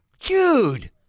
Dude